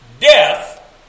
death